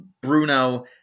Bruno